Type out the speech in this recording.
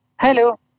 Hello